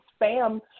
spam